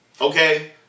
Okay